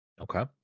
okay